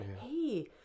hey